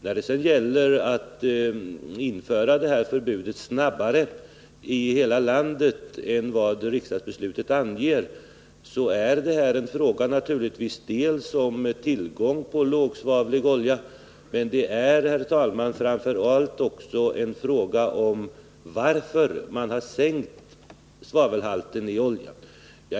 När det sedan gäller att införa förbud mot högsvavlig olja snabbare än vad riksdagsbeslutet anger vill jag säga att det naturligtvis delvis är en fråga om tillgången på lågsvavlig olja, men det är, herr talman, framför allt en fråga om varför man sänkt svavelhalten i oljan.